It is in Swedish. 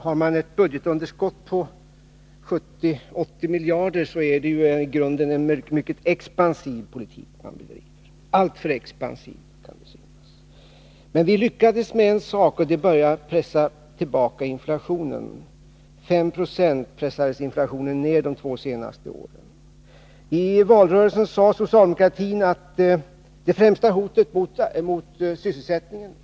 Har man ett budgetunderskott på 70-80 miljarder kronor, bedriver man i själva verket en alltför expansiv politik. Men vi lyckades med en sak. Inflationen pressades ned med 5 96 under de två senaste åren. I valrörelsen sade socialdemokraterna att inflationen är det främsta hotet mot sysselsättningen.